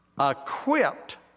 equipped